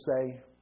say